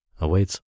awaits